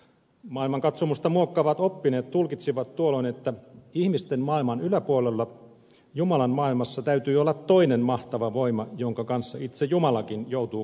maailmankatsomusta muokkaavat oppineet tulkitsivat tuolloin että ihmisten maailman yläpuolella jumalan maailmassa täytyy olla toinen mahtava voima jonka kanssa itse jumalakin joutuu kamppailemaan